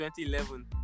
2011